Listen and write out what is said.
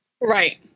Right